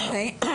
אוקיי.